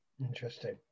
Interesting